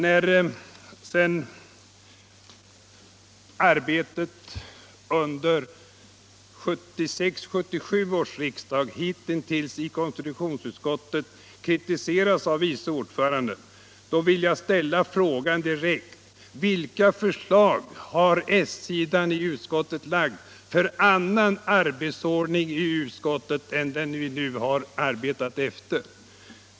Utökning av När sedan konstitutionsutskottets arbete hitintills under 1976/77 års — presidierna i de riksmöte kritiseras av vice ordföranden i utskottet vill jag ställa frågan: kommunala Vilka förslag har s-sidan i utskottet lagt fram till en annan arbetsordning nämnderna och i utskottet än den vi nu har arbetat efter?